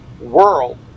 world